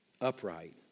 upright